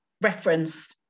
reference